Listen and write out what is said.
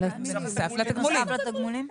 בנוסף לתגמולים.